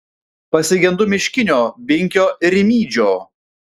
pasigendu miškinio binkio ir rimydžio